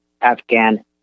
Afghan